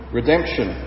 redemption